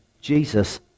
Jesus